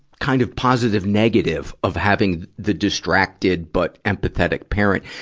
kind of positive-negative of having the distracted, but empathetic parent,